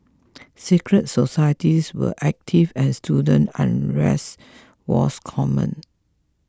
secret societies were active and student unrest was common